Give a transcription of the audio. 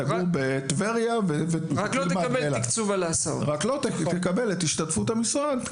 אבל לא תקבל את השתתפות המשרד,